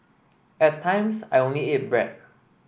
at times I only ate bread